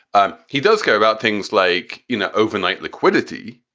um he does care about things like, you know, overnight liquidity.